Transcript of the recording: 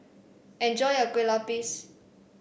enjoy your Kueh Lapis